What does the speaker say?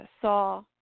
saw